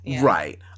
right